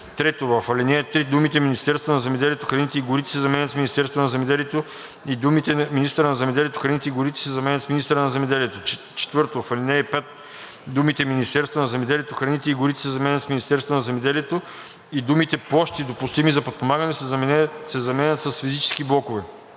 3. В ал. 3 думите „Министерството на земеделието, храните и горите“ се заменят с „Министерството на земеделието“ и думите „министъра на земеделието, храните и горите“ се заменят с „министъра на земеделието“. 4. В ал. 5 думите „Министерството на земеделието, храните и горите“ се заменят с „Министерството на земеделието“ и думите „площи, допустими за подпомагане“ се заменят с „физически блокове“.